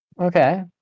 Okay